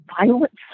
violence